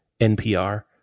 NPR